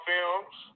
Films